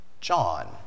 John